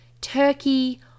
turkey